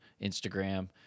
instagram